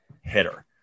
hitter